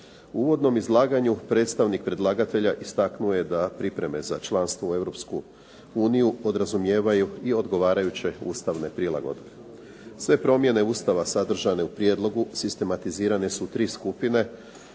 U uvodnom izlaganju predstavnik predlagatelja istaknuo je da pripreme za članstvo u Europsku uniju podrazumijevaju i odgovarajuće Ustavne prilagodbe. Sve promjene Ustava sadržane u prijedlogu sistematizirane su u tri skupine.